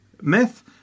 myth